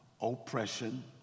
oppression